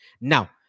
Now